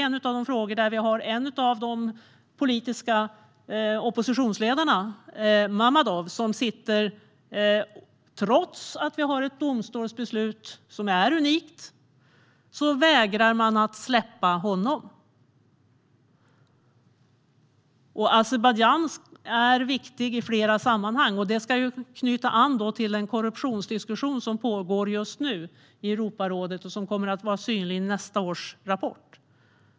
En av de politiska oppositionsledarna, Mammadov, sitter fängslad, och trots att vi har ett domstolsbeslut som är unikt vägrar man att släppa honom. Azerbajdzjan är viktigt i flera sammanhang, och det knyter an till den korruptionsdiskussion som just nu pågår i Europarådet och som kommer att vara synlig i nästa års rapport.